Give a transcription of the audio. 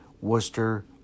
Worcester